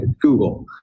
Google